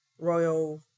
royal